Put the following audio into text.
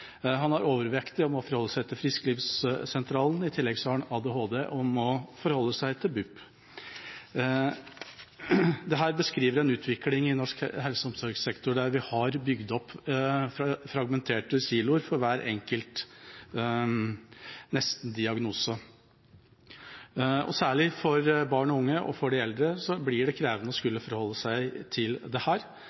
Han er overvektig og må forholde seg til frisklivssentralen. I tillegg har han ADHD og må forholde seg til BUP. Dette beskriver en utvikling i norsk helse- og omsorgssektor der vi har bygd opp fragmenterte siloer for hver enkelt nesten-diagnose. Særlig for barn og unge og de eldre blir det krevende å skulle forholde seg til at det